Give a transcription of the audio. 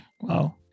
wow